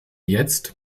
jetzt